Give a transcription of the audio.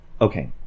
Okay